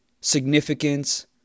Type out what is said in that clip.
significance